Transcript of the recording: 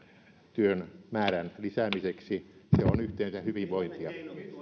työn määrän lisäämiseksi se on yhteistä hyvinvointia